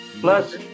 Plus